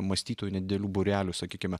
mąstytojų nedidelių būrelių sakykime